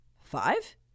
Five